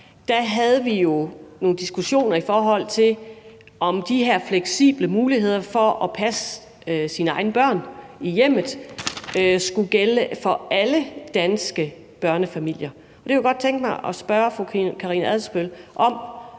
havde vi jo nogle diskussioner, i forhold til om de her fleksible muligheder for at passe sine egne børn i hjemmet skulle gælde for alle danske børnefamilier. Der kunne jeg godt tænke mig at spørge fru Karina Adsbøl, når